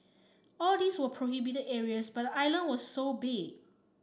all these were prohibited areas but the island was so big